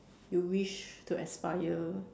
you wish to aspire